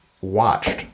watched